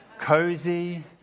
cozy